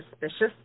suspicious